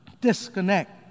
disconnect